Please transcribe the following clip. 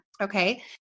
Okay